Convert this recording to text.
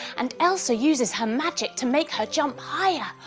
and elsa uses her magic to make her jump higher,